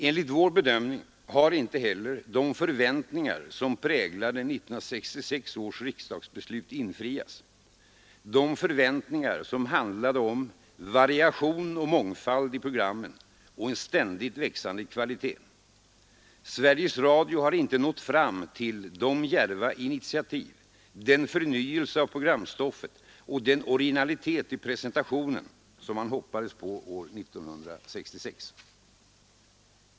Enligt vår bedömning har inte heller de förväntningar som präglade 1966 års riksdagsbeslut infriats — de förväntningar som handlade om variation och mångfald i programmen och en ständigt växande kvalitet. Sveriges Radio har inte nått fram till ”de djärva initiativ”, den ”förnyelse av programstoffet” och den ”originalitet i presentationen” som man hoppades på år 1966.